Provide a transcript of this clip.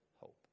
hope